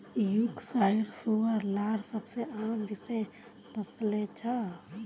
Yorkshire सूअर लार सबसे आम विषय नस्लें छ